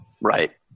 Right